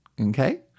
okay